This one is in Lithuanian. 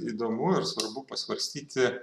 įdomu ir svarbu pasvarstyti